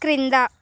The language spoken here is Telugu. క్రింద